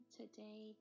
today